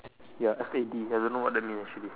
ya F A D I don't know what that mean actually